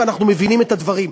ואנחנו מבינים את הדברים,